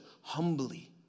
humbly